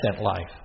life